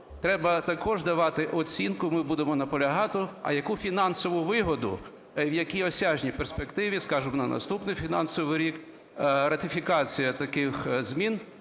Треба також давати оцінку, ми будемо наполягати, а яку фінансову вигоду і в якій осяжній перспективі, скажемо, на наступний фінансовий рік, ратифікація таких змін